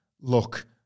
look